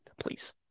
please